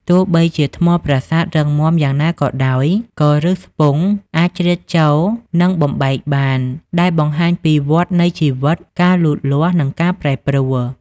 ទោះបីជាថ្មប្រាសាទរឹងមាំយ៉ាងណាក៏ដោយ ក៏ឫសស្ពង់អាចជ្រៀតចូល និងបំបែកបាន ដែលបង្ហាញពី វដ្តនៃជីវិត ការលូតលាស់ និងការប្រែប្រួល។។